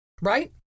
right